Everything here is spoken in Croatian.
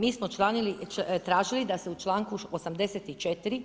Mi smo tražili da se u članku 84